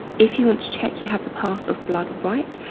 if you want to check you have the path of blood right,